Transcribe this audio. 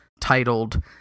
titled